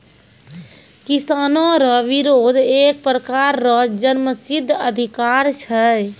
किसानो रो बिरोध एक प्रकार रो जन्मसिद्ध अधिकार छै